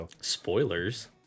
Spoilers